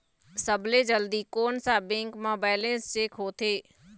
सबसे जल्दी कोन सा बैंक म बैलेंस चेक होथे?